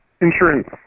insurance